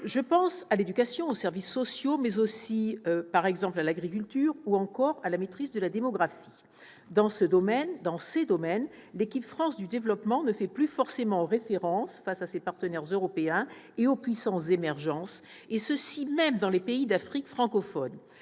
Je pense à l'éducation, aux services sociaux, mais aussi, par exemple, à l'agriculture ou encore à la maîtrise de la démographie. Dans ces domaines, l'« équipe France » du développement ne fait plus forcément référence face à ses partenaires européens et aux puissances émergentes, même dans les pays d'Afrique francophone.